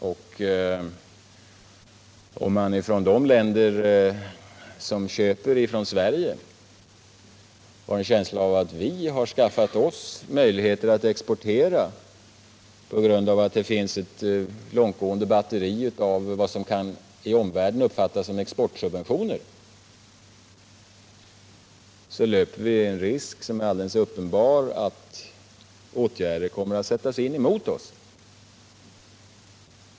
Om man i de länder som köper från Sverige har en känsla av att vi har skaffat oss möjligheter att exportera på grund av att det finns ett långtgående batteri av vad som i omvärlden kan uppfattas som exportsubventioner, löper vi en helt uppenbar risk att åtgärder sätts in emot oss.